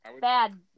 bad